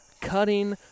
cutting